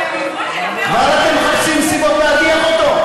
כבר אתם מחפשים סיבות להדיח אותו?